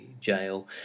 jail